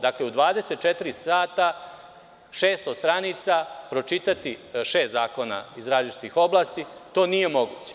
Dakle, u 24 sata, 600 stranica pročitati, šest zakona iz različitih oblasti, to nije moguće.